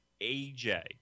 AJ